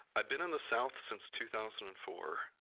i've been in the south since two thousand and four.